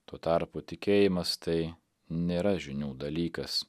tuo tarpu tikėjimas tai nėra žinių dalykas